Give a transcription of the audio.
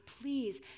please